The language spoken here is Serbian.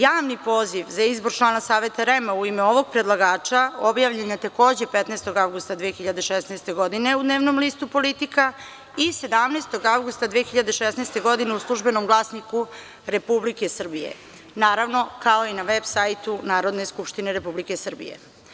Javni poziv za izbor člana Saveta REM u ime ovog predlagača objavljen je takođe 15. avgusta 2016. godine u dnevnom listu „Politika“ i 17. avgusta 2016. godine u „Službenom glasniku Republike Srbije“, naravno, kao i na veb sajtu Narodne skupštine Republike Srbije.